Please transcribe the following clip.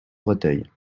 breteuil